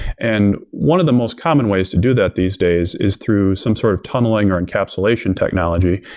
and one of the most common ways to do that these days is through some sort of tunneling or encapsulation technology.